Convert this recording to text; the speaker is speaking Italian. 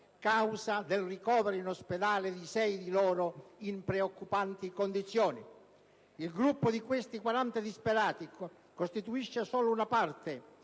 causa del ricovero in ospedale di 6 di loro in preoccupanti condizioni. Il gruppo di questi 40 disperati costituisce solo una parte